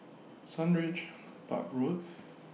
Sundridge Park Road